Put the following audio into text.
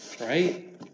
right